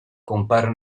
compare